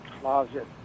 closet